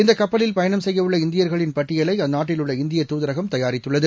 இந்தகப்பலில் பயணம் செய்யஉள்ள இந்தியர்களின் பட்டியலைஅந்நாட்டில் உள்ள இந்திய தூதரகம் தயரித்துள்ளது